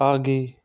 आगे